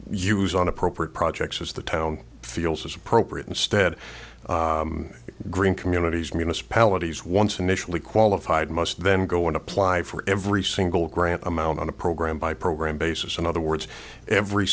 use on appropriate projects as the town feels as appropriate instead green communities municipalities once initially qualified most then go and apply for every single grant amount on a program by program basis in other words every